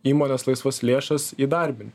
įmonės laisvas lėšas įdarbint